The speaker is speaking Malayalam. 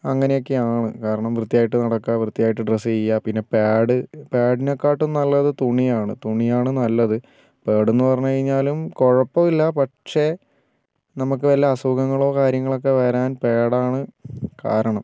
അങ്ങനെയൊക്കെ ആണ് കാരണം വൃത്തിയായിട്ട് നടക്കുക വൃത്തിയായിട്ട് ഡ്രസ്സ് ചെയ്യുക പിന്നെ പാഡ് പാഡിനെക്കാട്ടിയും നല്ലത് തുണിയാണ് തുണിയാണ് നല്ലത് പാഡ് എന്ന് പറഞ്ഞു കഴിഞ്ഞാലും കുഴപ്പമില്ല പക്ഷേ നമുക്ക് വല്ല അസുഖങ്ങളോ കാര്യങ്ങളൊക്കെ വരാൻ പാഡ് ആണ് കാരണം